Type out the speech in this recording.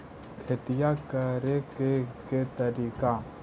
खेतिया करेके के तारिका?